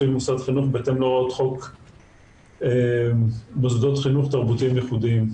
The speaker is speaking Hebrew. מוסד חינוך בהתאם להוראות חוק מוסדות חינוך תרבותיים ייחודיים".